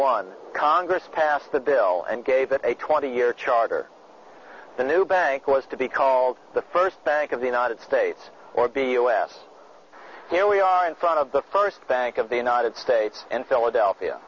one congress passed the bill and gave it a twenty year charter the new bank was to be called the first bank of the united states or be u s here we are in front of the first bank of the united states in philadelphia